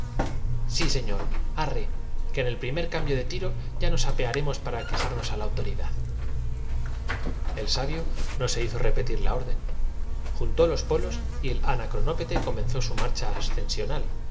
sí señor arre que en el primer cambio de tiro no señor pero protesto de que haya usted abu ya nos apearemos para quejarnos a la autoridad sado de nuestra ignorancia para obligarnos por sor el sabio no se hizo repetir la orden juntó los polos presa á emprender un viaje sin precedente en el mundo y el anacronópete comenzó su marcha